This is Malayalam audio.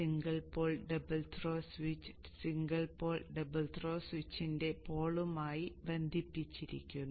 single pole double throw switch single pole double throw സ്വിച്ചിന്റെ പോളുമായി ബന്ധിപ്പിച്ചിരിക്കുന്നു